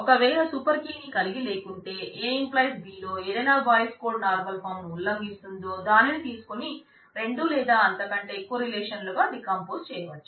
ఒకవేళ super key ని కలిగి లేకుంటే A → B లో ఏదైతే బాయిస్ కోడ్ నార్మల్ ఫాం ను ఉల్లంగిస్తుందో దానిని తీసుకొని రెండు లేదా అంతకంటే ఎక్కువ రిలేషన్లుగా డీకంపోజ్ చేయవచ్చు